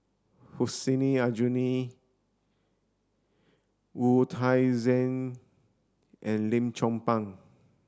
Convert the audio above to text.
Hussein Aljunied Wu Tsai Yen and Lim Chong Pang